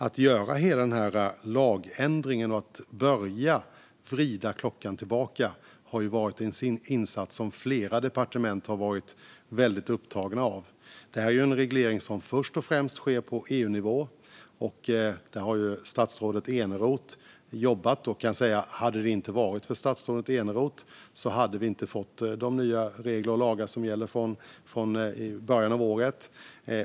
Att göra hela den här lagändringen och börja vrida klockan tillbaka har varit en insats som flera departement varit väldigt upptagna med. Det här är en reglering som först och främst sker på EU-nivå. Där har statsrådet Eneroth jobbat. Hade det inte varit för statsrådet Eneroth hade vi inte fått de nya regler och lagar som gäller från början av året.